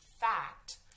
fact